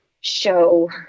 show